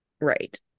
right